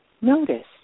notice